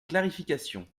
clarification